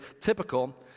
typical